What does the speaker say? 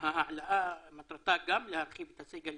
ההעלאה מטרתה גם להרחיב את הסגל